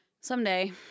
someday